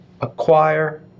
acquire